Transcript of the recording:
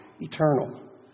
eternal